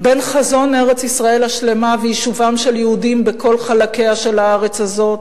בין חזון ארץ-ישראל השלמה ויישובם של יהודים בכל חלקיה של הארץ הזאת,